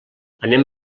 anem